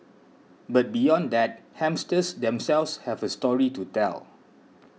but beyond that hamsters themselves have a story to tell